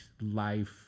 life